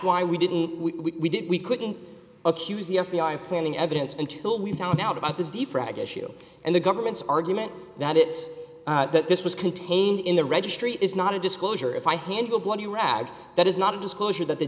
why we didn't we didn't we couldn't accuse the f b i planting evidence until we found out about this defrag issue and the government's argument that it's that this was contained in the registry is not a disclosure if i handle bloody rags that is not a disclosure that the